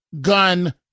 gun